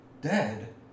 dead